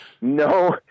no